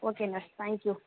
ஓகேங்க தேங்க்யூ